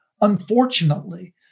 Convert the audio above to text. unfortunately